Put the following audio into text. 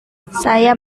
saya